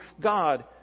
God